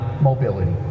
mobility